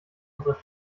unsere